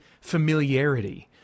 familiarity